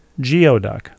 geoduck